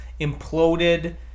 imploded